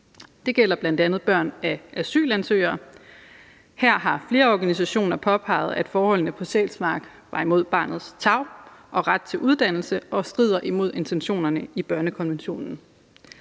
Det gælder bl.a. børn af asylansøgere. Her har flere organisationer påpeget, at forholdene på Sjælsmark var imod barnets tarv og retten til uddannelse og stred imod intentionerne i børnekonventionen.